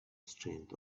strength